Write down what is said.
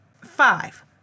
Five